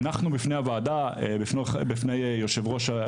הנחנו בפני הוועדה,